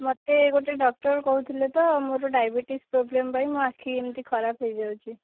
ମୋତେ ଗୋଟିଏ ଡକ୍ଟର୍ କହୁଥିଲେ ତ ମୋର ଡାଇବେଟିସ୍ ପ୍ରୋବ୍ଲେମ୍ ପାଇଁ ମୋ ଆଖି ଏମିତି ଖରାପ ହେଇଯାଉଛି